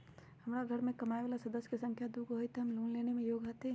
हमार घर मैं कमाए वाला सदस्य की संख्या दुगो हाई त हम लोन लेने में योग्य हती?